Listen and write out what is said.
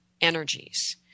energies